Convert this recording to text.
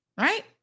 Right